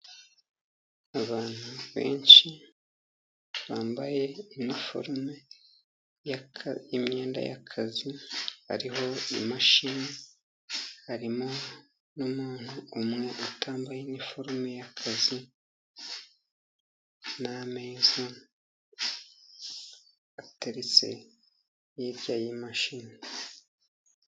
Abantu benshi bambaye iniforume y'imyenda y'akazi, hariho imashini harimo n'umuntu umwe utambaye iniforume y'akazi, n'ameza ateretse hirya y'iyo mashini.